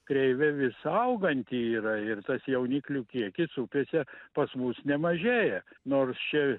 kreivė vis auganti yra ir tas jauniklių kiekis upėse pas mus nemažėja nors čia